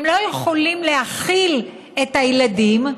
הם לא יכולים להכיל את הילדים,